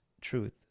truth